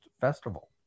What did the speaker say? festival